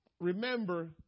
Remember